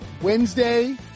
Wednesday